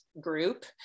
group